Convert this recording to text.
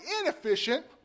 inefficient